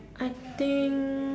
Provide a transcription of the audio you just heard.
I think